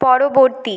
পরবর্তী